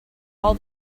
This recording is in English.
all